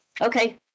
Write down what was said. Okay